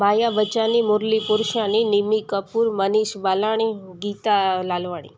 माया बचानी मुर्ली पुरशानी निमिक पुर मनीश बालाणी गीता लालवाणी